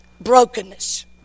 brokenness